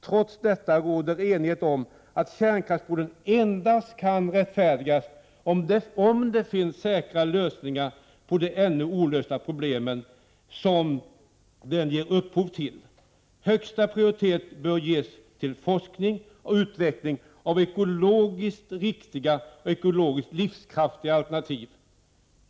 Trots detta rådde enighet om att kärnkraftsproduktion endast kan rättfärdigas om det finns säkra lösningar på de ännu olösta problem som den ger upphov till. Högsta prioritet bör ges till forskning och utveckling av ekologiskt riktiga och ekologiskt livskraftiga alternativ.